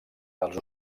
dels